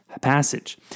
passage